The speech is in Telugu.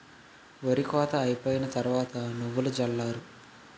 ఒరి కోత అయిపోయిన తరవాత నువ్వులు జల్లారు